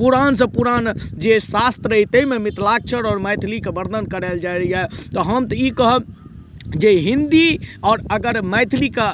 पुरान सँ पुरान जे शास्त्र अछि तैमे मिथिलाक्षरआओर मैथिलीके वर्णन कराओल जाइए तऽ हम तऽ ई कहब जे हिन्दी और अगर मैथिलीके